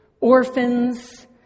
orphans